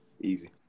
easy